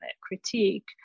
critique